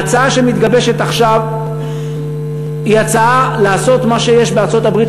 ההצעה שמתגבשת עכשיו היא הצעה לעשות מה שיש בארצות-הברית,